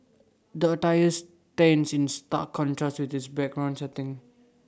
the attires stands in stark contrast with this background setting